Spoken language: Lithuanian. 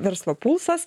verslo pulsas